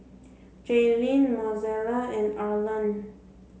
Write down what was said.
Jailyn Mozella and Arlan